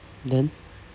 then